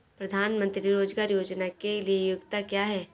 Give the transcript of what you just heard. प्रधानमंत्री रोज़गार योजना के लिए योग्यता क्या है?